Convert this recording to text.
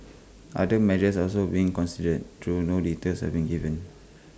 other measures are also being considered though no details have been given